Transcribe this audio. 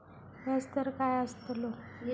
व्याज दर काय आस्तलो?